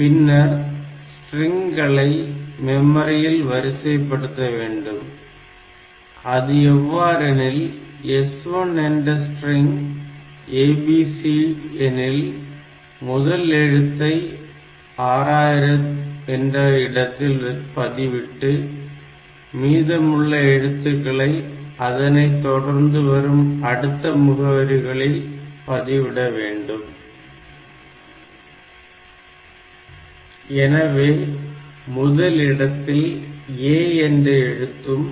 பின்னர் ஸ்ட்ரிங்களை மெமரியில் வரிசைப்படுத்த வேண்டும் அது எவ்வாறெனில் S1 என்ற ஸ்ட்ரிங் abc எனில் முதல் எழுத்தை 6000 என்ற இடத்தில் பதிவிட்டு மீதமுள்ள எழுத்துக்களை அதனைத்தொடர்ந்து வரும் அடுத்த முகவரிகளில் பதிவிட வேண்டும் எனவே முதலிடத்தில் a என்ற எழுத்தும்